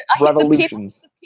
Revolutions